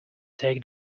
take